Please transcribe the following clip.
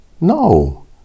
No